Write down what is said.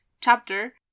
chapter